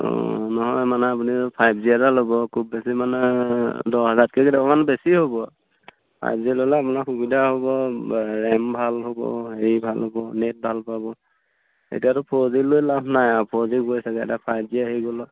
অ নহয় মানে আপুনি ফাইভ জি এটা ল'ব খুব বেছি মানে দহ হাজাৰতকৈ কেইটকামান বেছি হ'ব ফাইভ জি ল'লে আপোনাৰ সুবিধা হ'ব ৰেম ভাল হ'ব হেৰি ভাল হ'ব নেট ভাল পাব এতিয়াতো ফ'ৰ জি লৈ লাভ নাই আৰু ফ'ৰ জি গৈছেগৈ এতিয়া ফাইভ জি আহি গ'ল